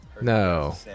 No